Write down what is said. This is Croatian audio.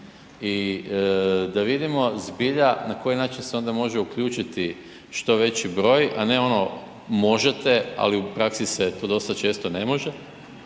I da vidimo zbilja na koji način se onda može uključiti što veći broj, a ne ono možete, ali u praksi se to dosta često ne može,